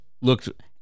Looked